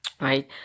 right